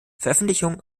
veröffentlichungen